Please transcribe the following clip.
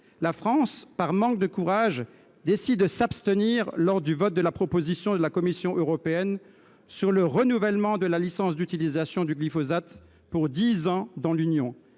la France, par manque de courage, décide de s’abstenir lors du vote de la proposition de la Commission européenne sur le renouvellement de la licence d’utilisation du glyphosate pour dix ans dans l’Union